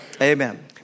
Amen